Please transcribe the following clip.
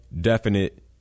definite